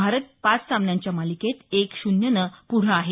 भारत पाच सामन्यांच्या मालिकेत एक शून्यनं पुढं आहे